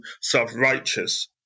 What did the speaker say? self-righteous